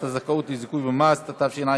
בקריאה